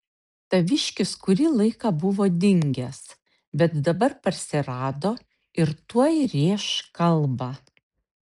taviškis kurį laiką buvo dingęs bet dabar parsirado ir tuoj rėš kalbą